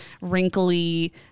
wrinkly